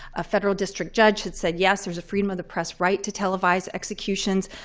a federal district judge had said, yes, there is a freedom of the press right to televise executions.